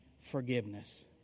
forgiveness